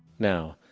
now,